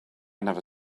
never